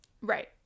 right